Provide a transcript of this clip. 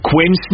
Quinn